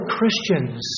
Christians